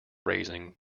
raising